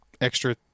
extra